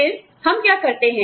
फिर हम क्या करते हैं